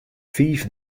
fiif